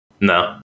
No